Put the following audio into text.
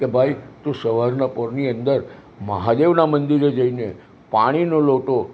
કે ભાઈ તું સવારનાં પહોરની અંદર મહાદેવનાં મંદિરે જઈ ને પાણીનો લોટો